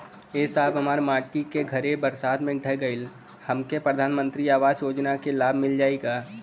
ए साहब हमार माटी क घर ए बरसात मे ढह गईल हमके प्रधानमंत्री आवास योजना क लाभ मिल जाई का?